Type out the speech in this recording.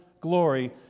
glory